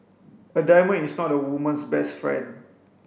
a diamond is not a woman's best friend